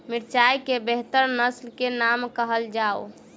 मिर्चाई केँ बेहतर नस्ल केँ नाम कहल जाउ?